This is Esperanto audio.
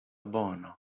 bono